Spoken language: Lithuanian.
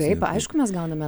taip aišku mes gauname